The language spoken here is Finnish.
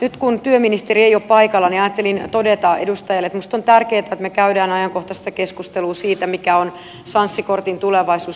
nyt kun työministeri ei ole paikalla niin ajattelin todeta edustajalle että minusta on tärkeää että me käymme ajankohtaista keskustelua siitä mikä on sanssi kortin tulevaisuus